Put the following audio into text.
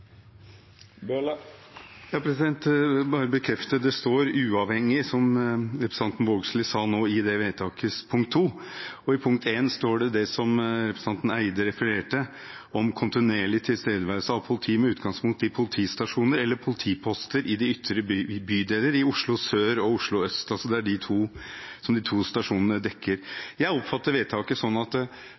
bekrefte at det står «uavhengig», som representanten Vågslid nå sa, i det vedtaket til II. I punkt I står det som representanten Eide refererte til: «kontinuerlig tilstedeværelse av politi med utgangspunkt i politistasjoner eller politiposter i de ytre bydeler i Oslo Sør og Oslo Øst». Det er altså det som de to stasjonene dekker. Jeg oppfatter vedtaket sånn at